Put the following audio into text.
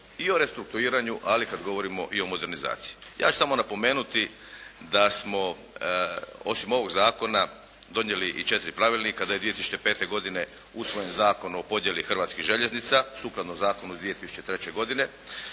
i o restrukturiranju ali i kad govorimo o modernizaciji. Ja ću samo napomenuti da smo osim ovog zakona donijeli i četiri pravilnika, da je 2005. godine usvojen Zakon o podjeli Hrvatskih željeznica sukladno zakonu iz 2003. godine,